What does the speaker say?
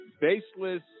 baseless